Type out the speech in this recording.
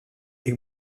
est